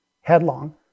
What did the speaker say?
headlong